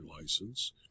license